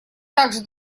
также